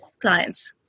clients